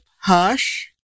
hush